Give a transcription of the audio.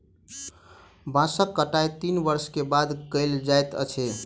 बांसक कटाई तीन वर्ष के बाद कयल जाइत अछि